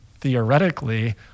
theoretically